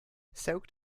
soaked